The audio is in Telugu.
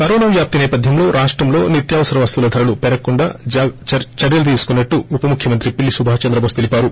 కరోనా వ్యాప్తి నేపధ్యంలో రాష్టంలో నిత్యావసర వస్తువుల ధరలు పెరగకుండా చర్యలు తీసుకున్నట్టు ఉప ముఖ్యమంత్రి పిల్లి సుభాష్ చంద్రబోస్ తెలిపారు